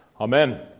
Amen